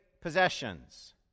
possessions